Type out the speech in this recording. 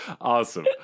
Awesome